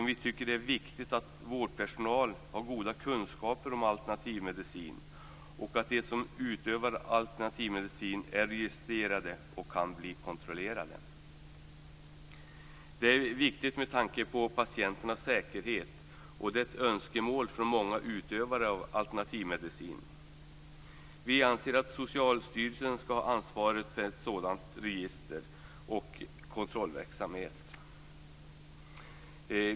Vi tycker att det är viktigt att vårdpersonal har goda kunskaper om alternativmedicin och att de som utövar alternativmedicin är registrerade och kan bli kontrollerade. Det är viktigt med tanke på patienternas säkerhet, och det är ett önskemål från många utövare av alternativmedicin. Vi anser att Socialstyrelsen skall ha ansvaret för ett sådant register och kontrollverksamhet.